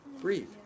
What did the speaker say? Breathe